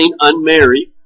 unmarried